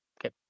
Okay